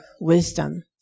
wisdom